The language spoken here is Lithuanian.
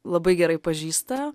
labai gerai pažįsta